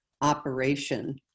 operation